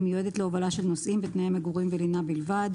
המיועדת להובלה של נוסעים בתנאי מגורים לינה בלבד.